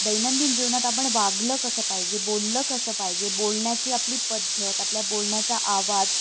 दैनंदिन जीवनात आपण वागलं कसं पाहिजे बोललं कसं पाहिजे बोलण्याची आपली पद्धत आपल्या बोलण्याचा आवाज